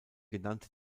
genannte